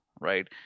Right